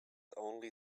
only